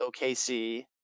OKC